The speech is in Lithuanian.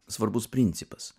svarbus principas